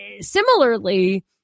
similarly